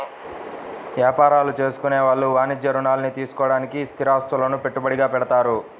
యాపారాలు చేసుకునే వాళ్ళు వాణిజ్య రుణాల్ని తీసుకోడానికి స్థిరాస్తులను పెట్టుబడిగా పెడతారు